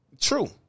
True